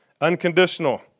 Unconditional